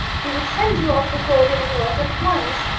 he would send you off with lord illingworth at once.